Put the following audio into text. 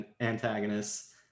antagonists